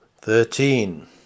Thirteen